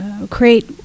create